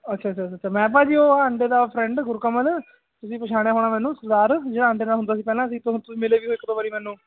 ਅੱਛਾ ਅੱਛਾ ਅੱਛਾ ਮੈਂ ਭਾਅ ਜੀ ਉਹ ਆਂਦੇ ਦਾ ਫਰੈਂਡ ਗੁਰੂ ਕਮਲ ਤੁਸੀਂ ਪਹਿਛਾਣ ਹੋਣਾ ਮੈਨੂੰ ਸਰਦਾਰ ਜਿਹੜਾ ਆਂਦੇ ਨਾਲ ਹੁੰਦਾ ਸੀ ਪਹਿਲਾਂ ਅਸੀਂ ਮਿਲੇ ਵੀ ਇੱਕ ਦੋ ਵਾਰੀ ਮੈਨੂੰ